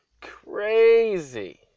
Crazy